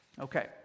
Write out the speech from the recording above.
Okay